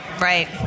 Right